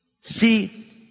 See